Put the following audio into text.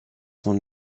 son